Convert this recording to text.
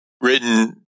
written